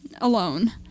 Alone